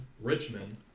Richmond